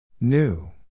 New